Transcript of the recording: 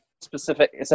specific